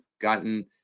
gotten